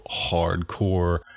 hardcore